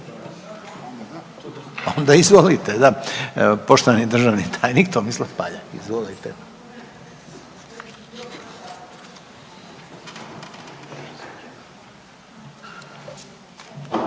onda izvolite da. Poštovani državni tajnik Tomislav Paljak. Izvolite.